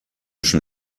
schon